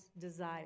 desire